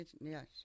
Yes